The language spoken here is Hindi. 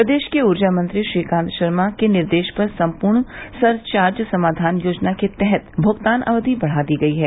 प्रदेश के ऊर्जा मंत्री श्रीकांत शर्मा के निर्देश पर सम्पूर्ण सरचार्ज समाधान योजना के तहत भुगतान अवधि बढ़ा दी गयी है